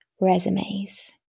resumes